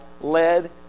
led